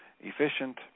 efficient